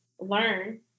learn